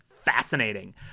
fascinating